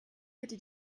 hätte